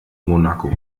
monaco